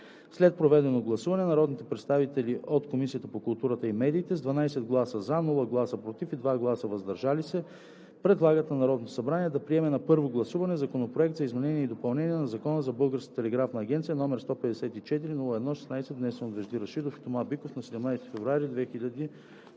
След проведено гласуване народните представители от Комисията по културата и медиите с 12 „за“, без „против“ и 2 „въздържал се“ предлагат на Народното събрание да приеме на първо гласуване Законопроект за изменение и допълнение на Закона за Българската телеграфна агенция, № 154-01-16, внесен от Вежди Рашидов и Тома Биков на 17 февруари 2021